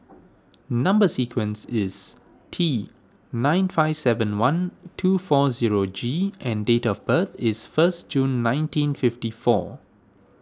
Number Sequence is T nine five seven one two four zero G and date of birth is first June nineteen fifty four